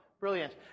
Brilliant